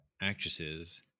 actresses